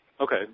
Okay